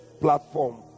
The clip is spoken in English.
platform